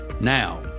Now